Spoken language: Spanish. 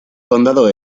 condado